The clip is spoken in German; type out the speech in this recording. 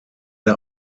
der